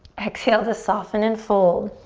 exhale to soften and fold.